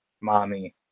Mommy